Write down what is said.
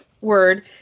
word